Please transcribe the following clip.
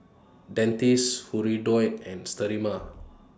Dentiste Hirudoid and Sterimar